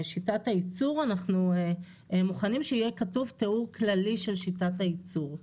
אנחנו מוכנים שיהיה כתוב תיאור כללי של שיטת הייצור.